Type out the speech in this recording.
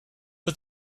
but